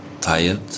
tired